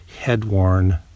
head-worn